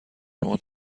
شما